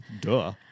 Duh